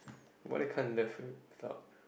why you can't live it without